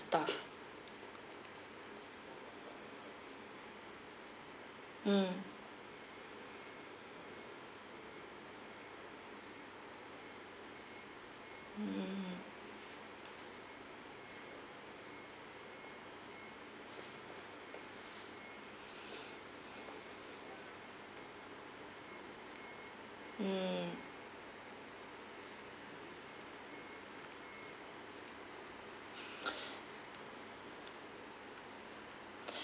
staff mm mmhmm mm